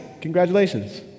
Congratulations